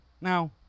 Now